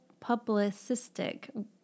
publicistic